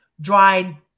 dried